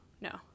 no